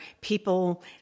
people